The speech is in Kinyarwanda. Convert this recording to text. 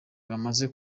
bamaze